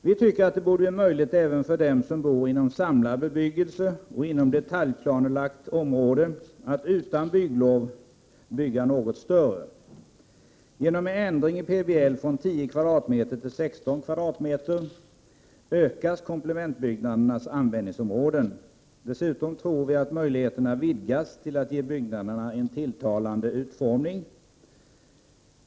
Vi tycker att det borde bli möjligt även för dem som bor inom samlad bebyggelse och inom detaljplanelagt område att utan bygglov bygga något större. Genom en ändring i PBL från 10 m? till 16 m? ökas komplementbyggnadernas användningsområden. Dessutom tror vi att möjligheterna vidgas till att ge byggnaderna en tilltalande utformning.